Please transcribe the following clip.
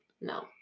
No